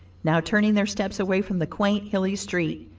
now turning their steps away from the quaint, hilly street,